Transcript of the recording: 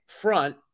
front